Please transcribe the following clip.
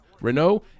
renault